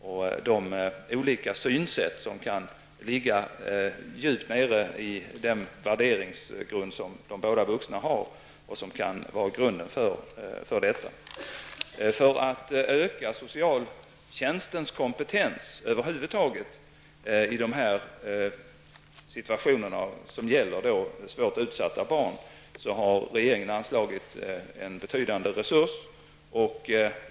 Det kan finnas olika synsätt som ligger djupt nere i den värderingsgrund som de båda vuxna har och som kan vara grunden till detta. För att över huvud taget öka socialtjänstens kompetens i de här situationerna som gäller svårt utsatta barn, har regeringen anslagit en betydande resurs.